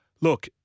Look